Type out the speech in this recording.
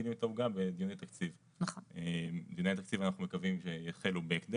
אני גם לא מקלה בכך ראש,